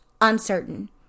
Uncertain